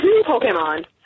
Pokemon